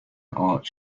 art